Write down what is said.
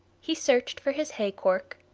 he searched for his hay-cork,